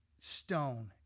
stone